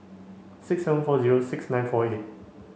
six seven four zero six nine four eight